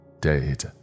Date